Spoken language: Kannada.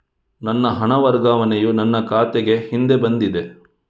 ನನ್ನ ಹಣ ವರ್ಗಾವಣೆಯು ನನ್ನ ಖಾತೆಗೆ ಹಿಂದೆ ಬಂದಿದೆ